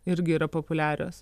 irgi yra populiarios